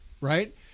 right